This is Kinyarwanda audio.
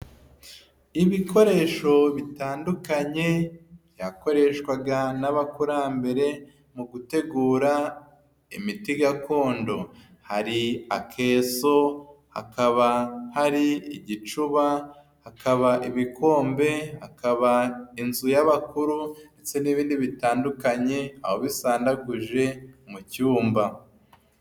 Ibikoresho bitandukanye byakoreshwaga n'abakurambere mu gutegura imiti gakondo. Hari akeso hakaba hari igicuba, hakaba ibikombe, hakaba inzu y'abakuru ndetse n'ibindi bitandukanye aho bisandaguje mu cyumba.